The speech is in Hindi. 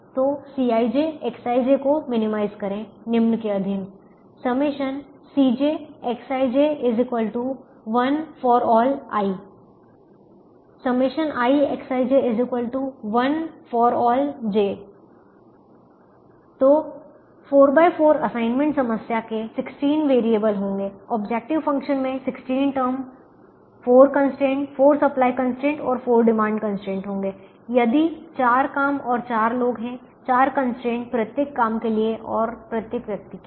तो Cij Xij को मिनिमाइज करें निम्न के अधीन jXij1∀i iXij1∀j तो 44 असाइनमेंट समस्या के 16 वेरिएबल होंगे ऑब्जेक्टिव फ़ंक्शन में 16 टर्म 4 कंस्ट्रेंट 4 सप्लाई कंस्ट्रेंट और 4 डिमांड कंस्ट्रेंट होंगे या यदि 4 काम और 4 लोग है 4 कंस्ट्रेंट प्रत्येक काम के लिए और प्रत्येक व्यक्ति के लिए